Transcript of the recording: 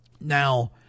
Now